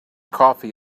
coffee